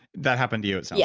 that happened to you, it yeah